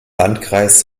landkreis